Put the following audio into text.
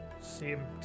seem